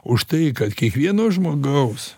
užtai kad kiekvieno žmogaus